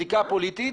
זיקה פוליטית,